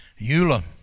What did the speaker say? Eula